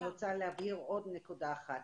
אני רוצה להבהיר עוד נקודה אחת.